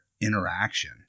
interaction